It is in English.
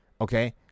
okay